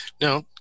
Now